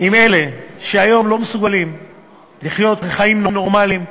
עם אלה שהיום לא מסוגלים לחיות חיים נורמליים,